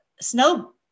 snow